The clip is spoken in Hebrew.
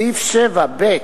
סעיף 7(ב)